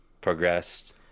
progressed